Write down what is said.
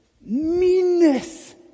meanness